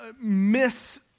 miss